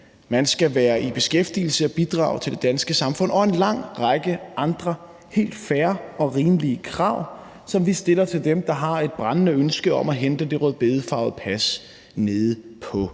man skal være i beskæftigelse og bidrage til det danske samfund og opfylde en lang række andre helt fair og rimelige krav, som vi stiller til dem, der har et brændende ønske om at hente det rødbedefarvede pas nede på